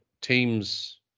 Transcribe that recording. Teams